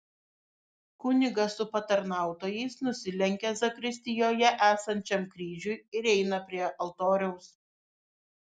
kunigas su patarnautojais nusilenkia zakristijoje esančiam kryžiui ir eina prie altoriaus